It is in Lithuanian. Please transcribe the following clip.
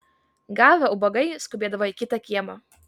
gavę ubagai skubėdavo į kitą kiemą